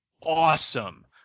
awesome